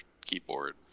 keyboard